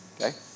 Okay